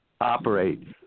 operate